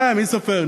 מי סופר?